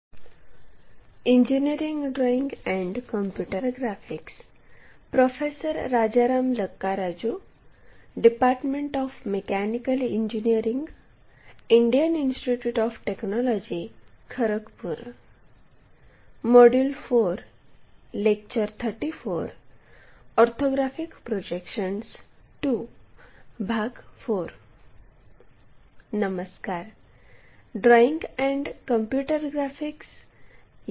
नमस्कार engineering drawing and computer graphics